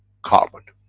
carbon.